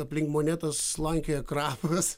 aplink monetas slankioja krabas